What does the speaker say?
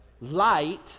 light